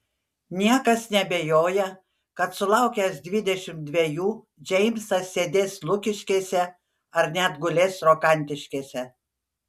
niekas neabejoja kad sulaukęs dvidešimt dvejų džeimsas sėdės lukiškėse ar net gulės rokantiškėse